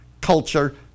culture